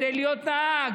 כדי להיות נהג,